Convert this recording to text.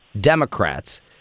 Democrats